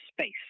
space